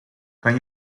kan